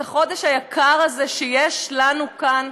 את החודש היקר הזה שיש לנו כאן,